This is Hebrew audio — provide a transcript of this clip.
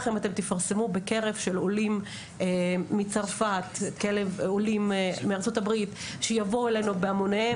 אם תפרסמו בקרב העולים מצרפת ומארצות הברית שיבוא אלינו בהמוניהם,